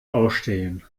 ausstehen